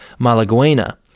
Malaguena